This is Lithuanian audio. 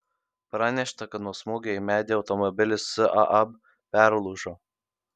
pranešta kad nuo smūgio į medį automobilis saab perlūžo